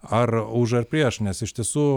ar už ar prieš nes iš tiesų